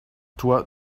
toi